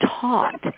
taught